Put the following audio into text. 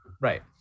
Right